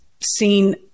seen